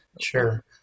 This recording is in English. Sure